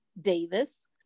Davis